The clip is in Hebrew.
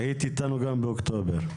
היית איתנו גם באוקטובר.